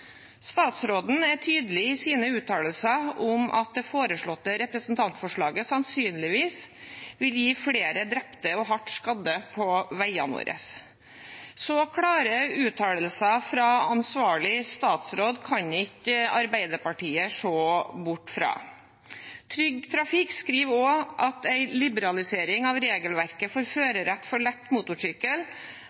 Statsråden er tydelig i sine uttalelser om at det foreslåtte representantforslaget sannsynligvis vil gi flere drepte og hardt skadde på veiene våre. Så klare uttalelser fra ansvarlig statsråd kan ikke Arbeiderpartiet se bort fra. Trygg Trafikk skriver også at en liberalisering av regelverket for førerrett for lett motorsykkel